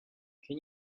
can